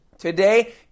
Today